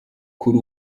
kuri